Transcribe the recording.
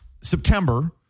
September